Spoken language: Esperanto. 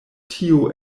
tio